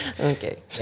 Okay